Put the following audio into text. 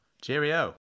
Cheerio